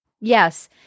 Yes